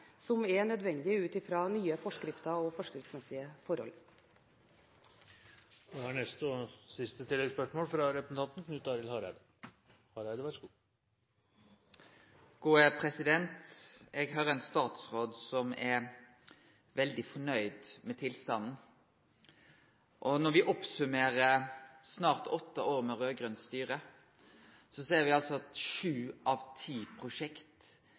som er nødvendig ut fra nye forskrifter og forskriftsmessige forhold. Knut Arild Hareide – til siste oppfølgingsspørsmål. Eg høyrer ein statsråd som er veldig nøgd med tilstanden. Når me oppsummerer snart åtte år med raud-grønt styre, ser me at sju av ti prosjekt